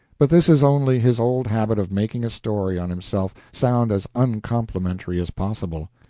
but this is only his old habit of making a story on himself sound as uncomplimentary as possible.